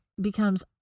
becomes